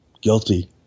Guilty